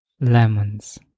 lemons